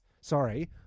Sorry